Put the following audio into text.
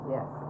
Yes